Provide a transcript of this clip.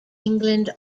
england